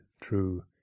true